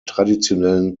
traditionellen